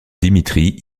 dimitri